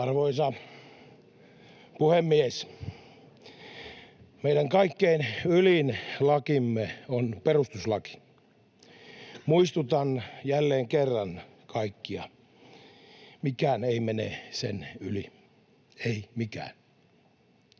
Arvoisa puhemies! Meidän kaikkein ylin lakimme on perustuslaki. Muistutan jälleen kerran kaikkia: mikään ei mene sen yli, ei mikään.